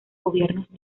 gobiernos